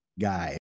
guy